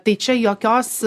tai čia jokios